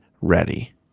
ready